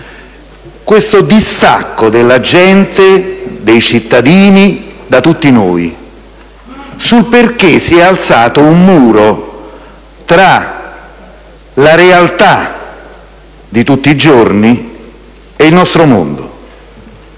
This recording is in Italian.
questo distacco della gente, dei cittadini da tutti noi; sul perché si è alzato un muro tra la realtà di tutti i giorni e il nostro mondo.